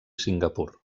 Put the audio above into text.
singapur